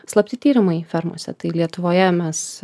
slapti tyrimai fermose tai lietuvoje mes